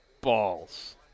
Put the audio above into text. Balls